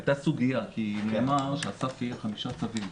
הייתה סוגיה כי נאמר שהסף יהיה חמישה צווים.